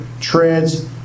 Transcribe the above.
treads